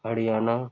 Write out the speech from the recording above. Haryana